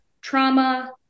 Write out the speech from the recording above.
trauma